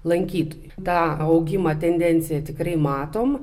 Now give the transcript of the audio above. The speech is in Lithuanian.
lankytojų tą augimą tendenciją tikrai matom